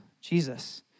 Jesus